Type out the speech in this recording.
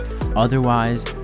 Otherwise